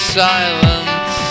silence